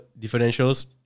differentials